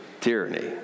tyranny